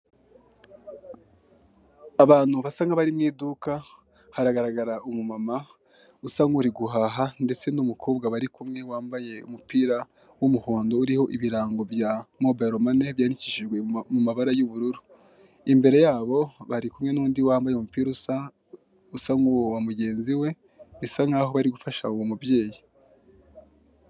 Abantu basa nk'abari mu iduka, haragaragara umumama usa nkuri guhaha ndetse n'umukobwa barikumwe wambaye umupira w'umuhondo uriho ibirango bya mobayiromani byandikishijwe mu mabara y'ubururu, imbere yabo barikumwe n'undi wambaye umupira usa nk'uwo wa mugenzi we, bisa nkaho bari gufasha uwo mubyeyi.